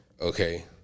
Okay